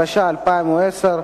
התש"ע 2010,